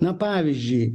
na pavyzdžiui